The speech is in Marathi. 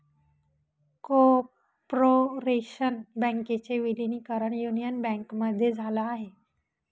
कॉर्पोरेशन बँकेचे विलीनीकरण युनियन बँकेमध्ये झाल आहे